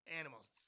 animals